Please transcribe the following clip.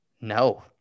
No